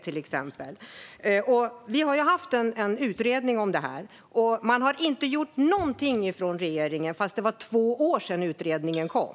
Det har gjorts en utredning om detta, och regeringen har inte gjort någonting trots att det är två år sedan utredningen kom.